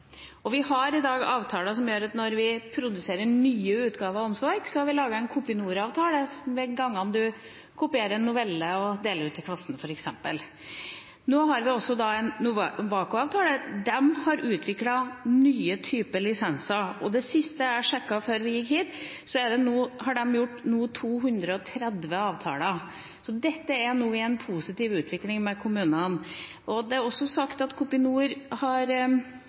er gjeldende lovverk i dag. Vi har i dag avtaler som gjelder produksjon av nye utgaver av åndsverk. Vi har laget en Kopinor-avtale for de gangene man f.eks. kopierer en novelle og deler den ut til klassen. Nå har vi også en Norwaco-avtale. De har utviklet nye typer lisenser. Da jeg sjekket det før vi kom hit, fant jeg at de nå har gjort 230 avtaler. Dette er nå i en positiv utvikling med kommunene. Det har også blitt sagt at det er